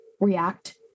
react